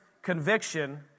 Conviction